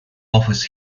offers